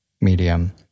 medium